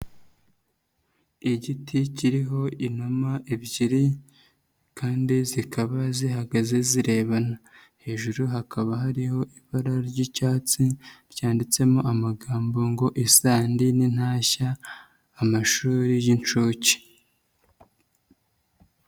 Igiti kiriho inuma ebyiri kandi zikaba zihagaze zirebana, hejuru hakaba hariho ibara ry'icyatsi ryanditsemo amagambo ngo isandi n'intashya amashuri y'inshuke.